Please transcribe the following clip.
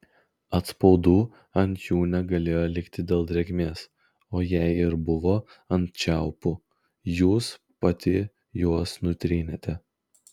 atspaudų ant jų negalėjo likti dėl drėgmės o jei ir buvo ant čiaupų jūs pati juos nutrynėte